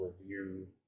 review